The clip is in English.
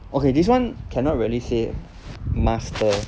okay this one cannot really say master